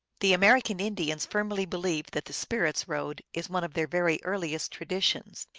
the american indians firmly believe that the spirits road is one of their very earliest traditions,